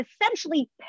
essentially